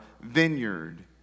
vineyard